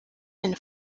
and